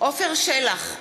עפר שלח,